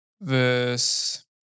verse